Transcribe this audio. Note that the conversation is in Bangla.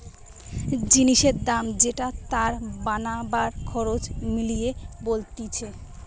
জিনিসের দাম যেটা তার বানাবার খরচ মিলিয়ে বলতিছে